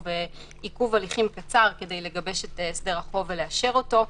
עיכוב הליכים קצר כדי לגבש את הסדר החוב ולאשר אותו.